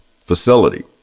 facility